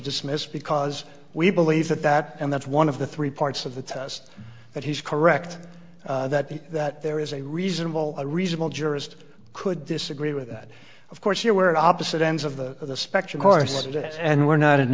dismiss because we believe that that and that's one of the three parts of the test that he's correct that in that there is a reasonable a reasonable jurist could disagree with that of course here where opposite ends of the spectrum course and we're not in